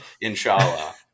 inshallah